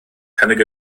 cynnig